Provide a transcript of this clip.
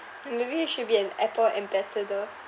then maybe you should be an apple ambassador